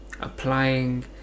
applying